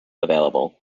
available